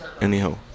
Anyhow